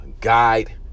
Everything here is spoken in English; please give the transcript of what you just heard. Guide